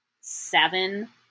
seven